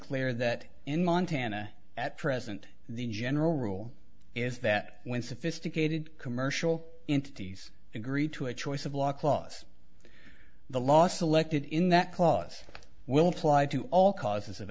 clear that in montana at present the general rule is that when sophisticated commercial entities agree to a choice of law clause the last elected in that clause will apply to all causes of